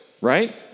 right